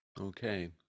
Okay